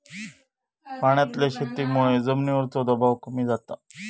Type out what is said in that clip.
पाण्यातल्या शेतीमुळे जमिनीवरचो दबाव कमी जाता